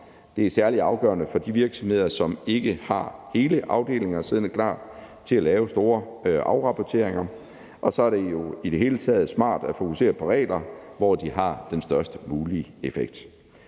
Det er særlig afgørende for de virksomheder, som ikke har hele afdelinger siddende klar til at lave store afrapporteringer. Og så er det jo i det hele taget smart at fokusere på regler, hvor de har den størst mulige effekt.